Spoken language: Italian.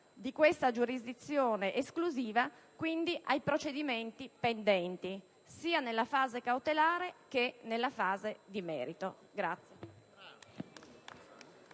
di questa giurisdizione esclusiva; quindi, ai procedimenti pendenti sia nella fase cautelare che nella fase di merito.